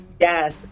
Yes